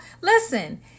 listen